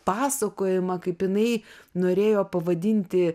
pasakojimą kaip jinai norėjo pavadinti